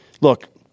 Look